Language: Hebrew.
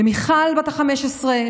למיכל בת ה-15,